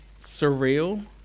surreal